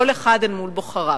כל אחד אל מול בוחריו.